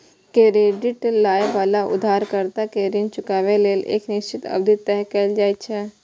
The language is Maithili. क्रेडिट लए बला उधारकर्ता कें ऋण चुकाबै लेल एक निश्चित अवधि तय कैल जाइ छै